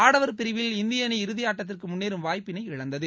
ஆடவர் பிரிவில் இந்திய அணி இறுதி ஆட்டத்திற்கும் முன்னேறும் வாய்ப்பினை இழந்தது